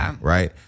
Right